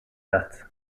that